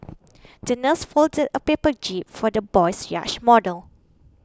the nurse folded a paper jib for the boy's yacht model